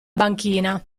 banchina